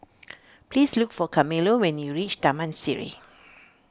please look for Carmelo when you reach Taman Sireh